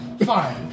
Fine